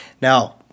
Now